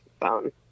phone